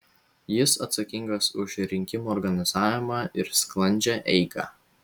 jis atsakingas už rinkimų organizavimą ir sklandžią eigą